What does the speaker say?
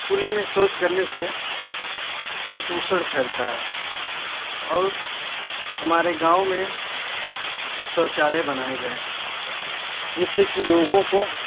खुले में शौच करने से प्रदूषण फैलता है और हमारे गाँव में शौचालय बनाए गए हैं जिससे कि लोगो को